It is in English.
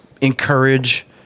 encourage